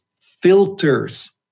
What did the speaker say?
filters